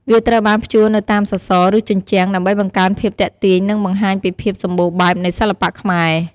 វាត្រូវបានព្យួរនៅតាមសសរ ឬជញ្ជាំង ដើម្បីបង្កើនភាពទាក់ទាញ និងបង្ហាញពីភាពសម្បូរបែបនៃសិល្បៈខ្មែរ។